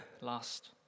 Last